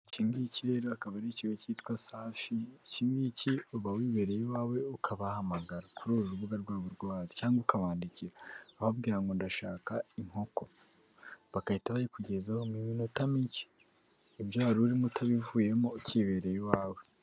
Iki ngiki rero akaba ari ikigo cyitwa safi, iki ngiki uba wibereye iwawe ukabahamagara kuri uru rubuga rwabo rwo hasi cyangwa ukabandikira ubabwira ngo ndashaka inkoko, bagahita bayikugezaho mu minota mike, ibyo wari urimo utabivuyemo ukibereye iwawe.